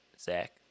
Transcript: Zach